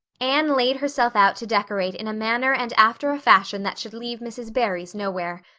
anne laid herself out to decorate in a manner and after a fashion that should leave mrs. barry's nowhere.